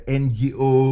ngo